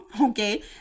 Okay